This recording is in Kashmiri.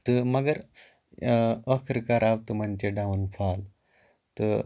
تہٕ مگر ٲخٕر کار آو تِمَن تہِ ڈاوُنفال تہٕ